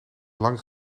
lang